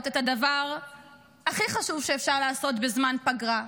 את הדבר הכי חשוב שאפשר לעשות בזמן פגרה.